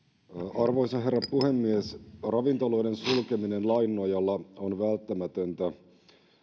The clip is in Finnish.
arvoisa herra puhemies ravintoloiden sulkeminen lain nojalla on välttämätöntä